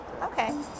Okay